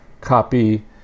copy